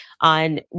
on